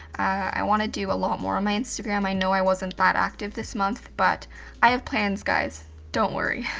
i want to do a lot more on my instagram. i know i wasn't that active this month, but i have plans guys, don't worry.